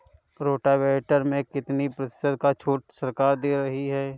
Rotavator में कितनी प्रतिशत का छूट सरकार दे रही है?